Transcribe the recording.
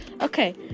okay